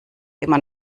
immer